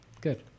good